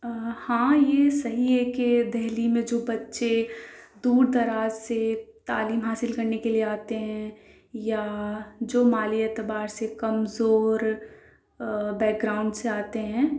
آ ہاں یہ صحیح ہے کہ دہلی میں جو بچے دور دراز سے تعلیم حاصل کرنے کے لیے آتے ہیں یا جو مالی اعتبار سے کمزور بیک گراؤنڈ سے آتے ہیں